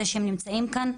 זה שהם נמצאים כאן?